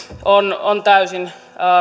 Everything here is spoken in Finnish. on on täysin